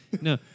No